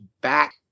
back